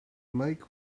mike